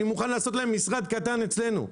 אני מוכן לעשות להם משרד קטן אצלנו.